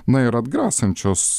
na ir atgrasančios